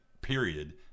period